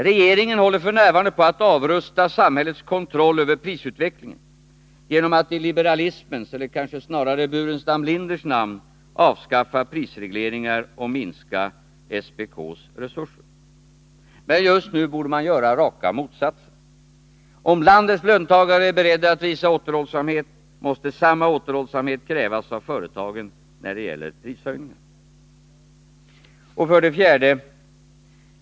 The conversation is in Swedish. Regeringen håller f.n. på att avrusta samhällets kontroll över prisutvecklingen genom att i liberalismens — eller kanske snarare Burenstam Linders — namn avskaffa prisregleringar och minska SPK:s resurser. Men just nu borde man göra raka motsatsen. Om landets löntagare är beredda att visa återhållsamhet, måste samma återhållsamhet krävas av företagen när det gäller prishöjningar. 4.